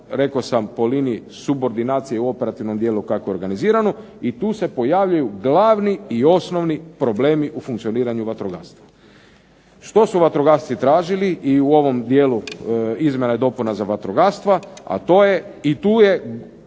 rekao sam po liniji subordinacije u operativnom dijelu kako je organizirano i tu se pojavljuju glavni i osnovni problemi u organiziranju vatrogastva. Što su vatrogasci tražili i u ovom dijelu izmjena i dopuna vatrogastva i tu je